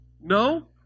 No